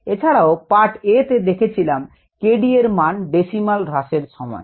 এছাড়াও part a তে দেখেছিলাম 𝑘𝑑 এর মান decimal হ্রাসের সময়